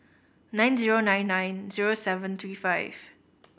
nine zero nine nine zero seven three five